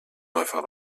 läufer